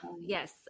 Yes